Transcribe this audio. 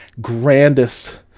grandest